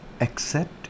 accept